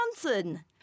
Johnson